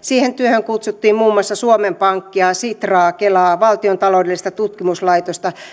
siihen työhön kutsuttiin muun muassa suomen pankkia sitraa kelaa valtion taloudellista tutkimuskeskusta